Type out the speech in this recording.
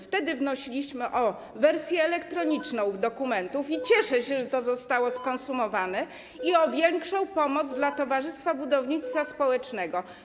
Wtedy wnosiliśmy o wersję elektroniczną dokumentów - cieszę się, że to zostało skonsumowane - i o większą pomoc dla towarzystwa budownictwa społecznego.